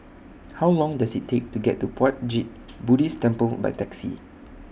How Long Does IT Take to get to Puat Jit Buddhist Temple By Taxi